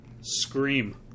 scream